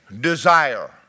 desire